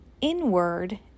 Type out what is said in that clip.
inward